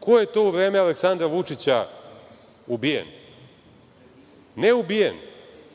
ko je to u vreme Aleksandra Vučića ubijen, ne ubijen,